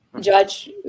judge